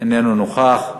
איננו נוכח.